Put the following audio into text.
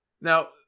Now